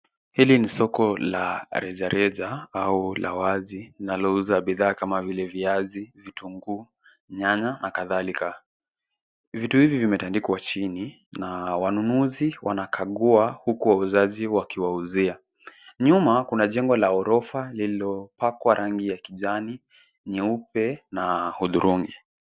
Hili ni soko la rejereja au la wazi linalouza bidhaa kama vile viazi, vitunguu, nyanya na kadhalika vitu hivi vimetandikwa chini na wanunuzi wanakagua huku wauzaji wakiwauzia nyuma kuna jengo la gorofa lililopakwa rangi ya kijani, nyeupe na hudhurungi.